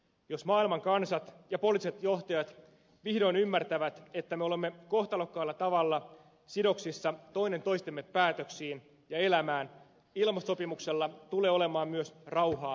jos maailman kansat ja poliittiset johtajat vihdoin ymmärtävät että me olemme kohtalokkaalla tavalla sidoksissa toinen toistemme päätöksiin ja elämään ilmastosopimuksella tulee olemaan myös rauhaa edistävä vaikutus